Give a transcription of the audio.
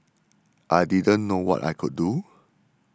I didn't know what I could do